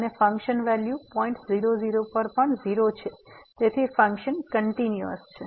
અને function value point પર પણ 0 છે તેથી ફંક્શન કંટીન્યુઅસ છે